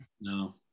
No